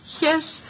Yes